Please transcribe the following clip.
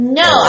no